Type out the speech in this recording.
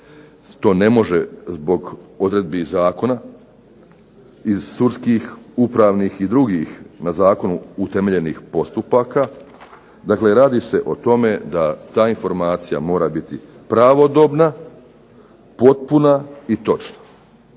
to ne može zbog odredbi Zakona, iz sudskih, upravnih i drugih na zakonu utemeljenih podataka. Naime, radi se o tome da ta informacija mora biti pravodobna, potpuna i točna.